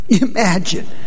Imagine